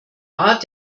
art